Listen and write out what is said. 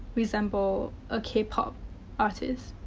resemble a k-pop artist?